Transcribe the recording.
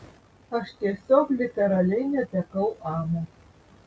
aš tiesiog literaliai netekau amo